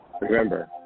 Remember